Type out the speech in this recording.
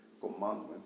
commandment